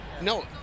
No